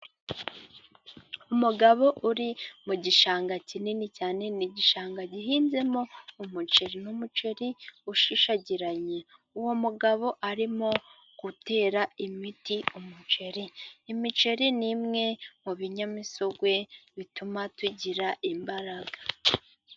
Umugabo uri mu gishanga kinini cyane, ni igishanga gihinzemo umuceri ni umuceri ushishagiranye, uwo mugabo arimo gutera imiti umuceri. Imiceri ni imwe mu binyamisogwe bituma tugira imbaraga.